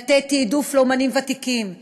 לתת תעדוף לאמנים ותיקים,